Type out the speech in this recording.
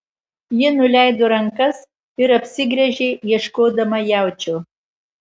ji nuleido rankas ir apsigręžė ieškodama jaučio